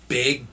big